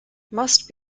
must